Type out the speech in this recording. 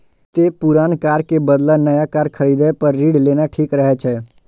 तें पुरान कार के बदला नया कार खरीदै पर ऋण लेना ठीक रहै छै